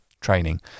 training